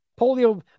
Polio